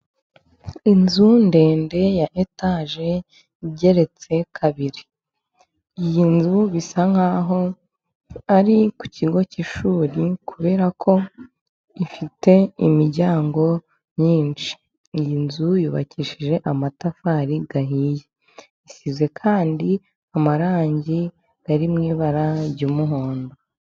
Inzu ndende ya etaje, igeretse kabiri. Iyi nzu bisa nk'aho ari ku kigo cy'ishuri, kubera ko ifite imiryango myinshi. Iyi nzu yubakishije amatafari ahiye. Isize kandi amarangi ari mu ibara ry'umuhondo.